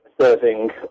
serving